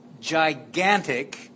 gigantic